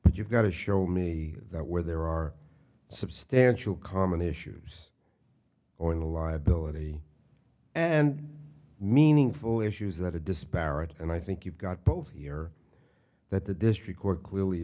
but you've got to show me that where there are substantial common issues or a liability and meaningful issues that a disparity and i think you've got both your that the district cour